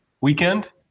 weekend